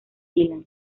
dylan